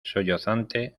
sollozante